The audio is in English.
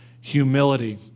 humility